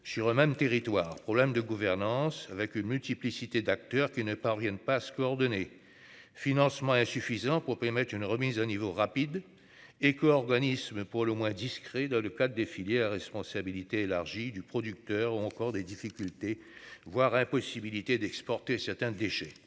sur le même territoire, problème de gouvernance avec une multiplicité d'acteurs qui ne parviennent pas à se coordonner financement insuffisant pour permettre une remise à niveau rapide éco-organismes est pour le moins discret. Dans le cas des filières responsabilité élargie du producteur ou encore des difficulté voire impossibilité d'exporter certains déchets.